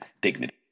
dignity